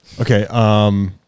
Okay